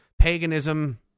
paganism